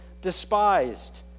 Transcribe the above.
despised